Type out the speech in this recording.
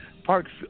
Parks